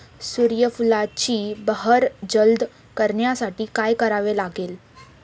सूर्यफुलाची बहर जलद करण्यासाठी काय करावे लागेल?